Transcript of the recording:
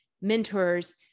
mentors